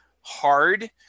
hard